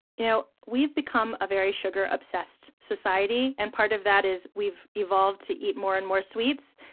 you know we've become a very sugar-obsessed society. and part of that is we've evolved to eat more and more sweets,